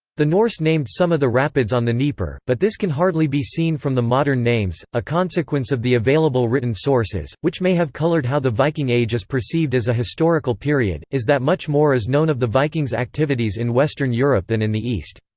the norse named some of the rapids on the dnieper, but this can hardly be seen from the modern names a consequence of the available written sources, which may have coloured how the viking age is perceived as a historical period, is that much more is known of the vikings' activities in western europe than in the east.